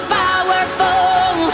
powerful